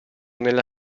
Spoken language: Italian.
nella